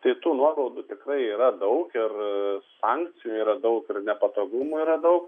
tai tų nuobaudų tikrai yra daug ir sankcijų yra daug ir nepatogumų yra daug